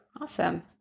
Awesome